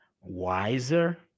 wiser